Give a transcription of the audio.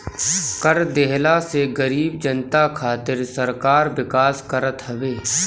कर देहला से गरीब जनता खातिर सरकार विकास करत हवे